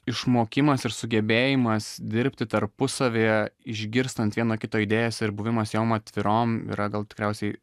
išmokimas ir sugebėjimas dirbti tarpusavyje išgirstant vieno kito idėjas ir buvimas jom atvirom yra gal tikriausiai